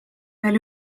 veel